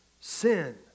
sin